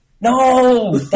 no